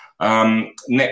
Next